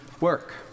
work